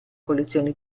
collezioni